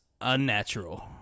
unnatural